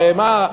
הרי מה,